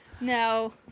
No